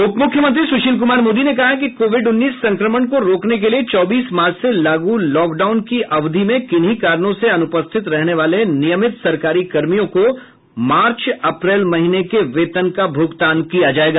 उपमुख्यमंत्री सुशील कुमार मोदी ने कहा है कि कोविड उन्नीस संक्रमण को रोकने के लिए चौबीस मार्च से लागू लॉकडाउन की अवधि में किन्हीं कारणों से अनुपस्थित रहने वाले नियमित सरकारी कर्मियों को मार्च अप्रैल महीने के वेतन का भूगतान किया जायेगा